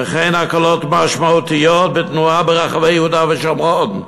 וכן הקלות משמעותיות בתנועה ברחבי יהודה ושומרון,